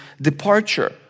departure